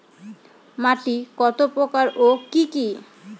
মাটি কতপ্রকার ও কি কী?